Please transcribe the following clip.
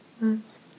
Nice